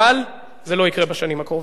אבל זה לא יקרה בשנים הקרובות.